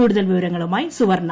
കൂടുതൽ വിവരങ്ങളുമായി സുവർണ്ണ